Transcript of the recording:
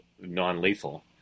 non-lethal